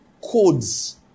codes